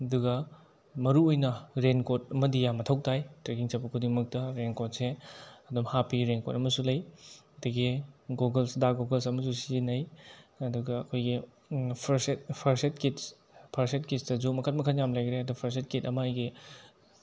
ꯑꯗꯨꯒ ꯃꯔꯨ ꯑꯣꯏꯅ ꯔꯦꯟꯀꯣꯠ ꯑꯃꯗꯤ ꯌꯥꯝ ꯃꯊꯧ ꯇꯥꯏ ꯇ꯭ꯔꯦꯛꯀꯤꯡ ꯆꯠꯄ ꯈꯨꯗꯤꯡꯃꯛꯇ ꯔꯦꯟꯀꯣꯠꯁꯦ ꯑꯗꯨꯝ ꯍꯥꯞꯄꯤ ꯔꯦꯟꯀꯣꯠ ꯑꯃꯁꯨ ꯂꯩ ꯑꯗꯒꯤ ꯒꯣꯒꯜꯁ ꯗꯥꯔꯛ ꯒꯣꯒꯜꯁ ꯑꯃꯁꯨ ꯁꯤꯖꯤꯟꯅꯩ ꯑꯗꯨꯒ ꯑꯩꯈꯣꯏꯒꯤ first aid first aid kits first aid ꯀꯤꯠꯁꯇꯁꯨ ꯃꯈꯜ ꯃꯈꯜ ꯌꯥꯝ ꯂꯩꯈ꯭ꯔꯦ ꯑꯗꯣ ꯐꯥꯔꯁ ꯑꯦꯠ ꯀꯤꯠ ꯑꯃ ꯑꯩꯒꯤ